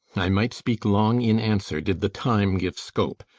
i might speak long in answer, did the time give scope,